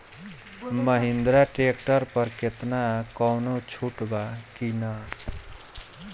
Mahindra tractor पर केतना कौनो छूट बा कि ना?